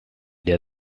der